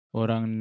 orang